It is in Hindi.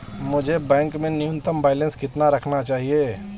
मुझे बैंक में न्यूनतम बैलेंस कितना रखना चाहिए?